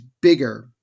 bigger